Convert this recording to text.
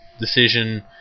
decision